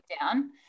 down